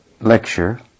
lecture